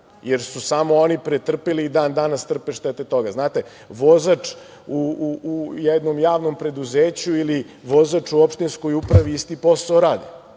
jer su samo oni pretrpeli i dan danas trpe štete toga. Znate, vozač u jednom javnom preduzeću ili vozač u opštinskoj upravi isti posao radi.